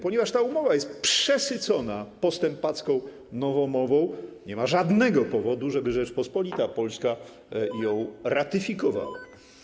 Ponieważ ta umowa jest przesycona postępacką nowomową, nie ma żadnego powodu, żeby Rzeczpospolita Polska ją ratyfikowała.